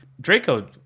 Draco